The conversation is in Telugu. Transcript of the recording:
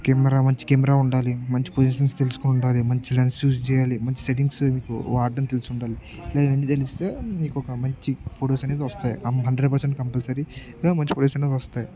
కెమెరా మంచి కెమెరా ఉండాలి మంచి పొజిషన్స్ తెలుసుకొని ఉండాలి మంచి లెన్స్ యూస్ చేయాలి మంచి సెటింగ్స్ మీకు వాడడం అవన్నీ తెలిస్తే ఉండాలి లేవన్నీ తెలిస్తే మీకు ఒక మంచి ఫొటోస్ అనేది వస్తాయి హండ్రెడ్ పర్సెంట్ కంపల్సరీ ఇది మంచి పొజిషన్ అనేది వస్తాయి